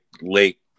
late